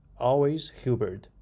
alwayshubert